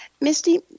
Misty